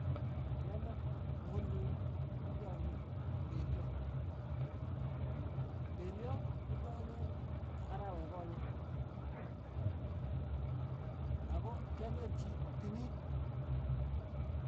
Tyondo ne kolyol nekiakeer ko peliot, pelio ko kyakeer arawe konye, ako kyakerchi timin.